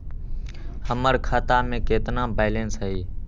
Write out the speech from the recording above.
हमर खाता में केतना बैलेंस हई?